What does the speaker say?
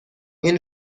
این